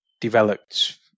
developed